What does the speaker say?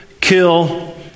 kill